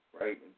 right